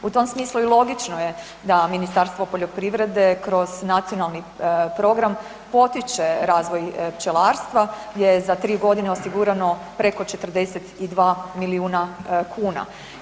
U tom smislu i logično je da Ministarstvo poljoprivrede kroz nacionalni program potiče razvoj pčelarstva gdje je za tri godine osigurano preko 42 milijuna kuna.